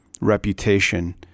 reputation